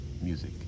music